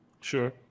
Sure